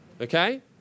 okay